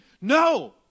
No